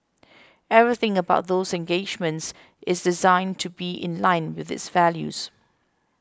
everything about those engagements is designed to be in line with its values